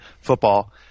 football